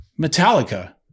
Metallica